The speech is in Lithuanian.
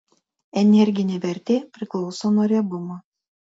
energinė vertė priklauso nuo riebumo